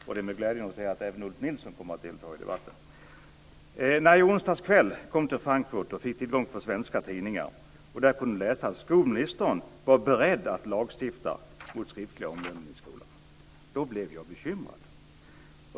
Och det är glädjande att se att även Ulf Nilsson kommer att delta i debatten. När jag i onsdags kväll kom till Frankfurt och fick tillgång till svenska tidningar och där kunde läsa att skolministern var beredd att lagstifta mot skriftliga omdömen i skolan blev jag bekymrad.